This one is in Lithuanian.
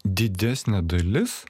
didesnė dalis